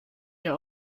hier